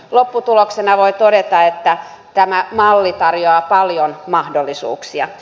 lopputuloksena voi todeta että tämä malli tarjoaa paljon mahdollisuuksia